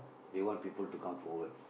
they want people to come forward